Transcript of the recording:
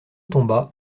tomba